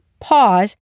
pause